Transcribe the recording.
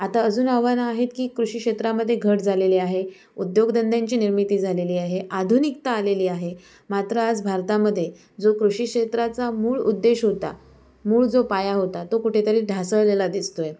आता अजून आव्हानं आहेत की कृषी क्षेत्रामध्ये घट झालेली आहे उद्योगधंद्यांची निर्मिती झालेली आहे आधुनिकता आलेली आहे मात्र आज भारतामध्ये जो कृषी क्षेत्राचा मूळ उद्देश होता मूळ जो पाया होता तो कुठेतरी ढासळलेला दिसतो आहे